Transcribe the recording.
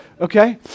okay